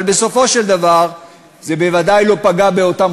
אבל בסופו של דבר זה בוודאי לא פגע באותם